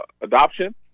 adoption